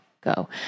go